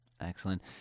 Excellent